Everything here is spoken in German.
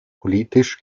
politisch